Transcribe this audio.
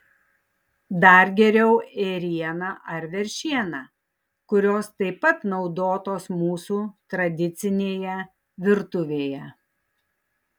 dar geriau ėriena ar veršiena kurios taip pat naudotos mūsų tradicinėje virtuvėje